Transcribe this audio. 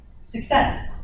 Success